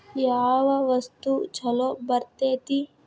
ಯಾವ ವಸ್ತು ಛಲೋ ಬರ್ತೇತಿ?